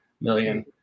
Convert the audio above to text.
million